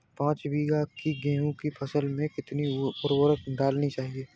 पाँच बीघा की गेहूँ की फसल में कितनी उर्वरक डालनी चाहिए?